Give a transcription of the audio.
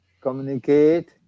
communicate